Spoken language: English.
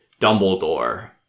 Dumbledore